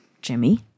Jimmy